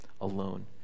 alone